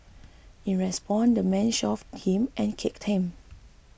in response the man shoved him and kicked him